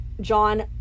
John